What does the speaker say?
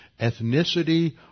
ethnicity